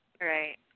Right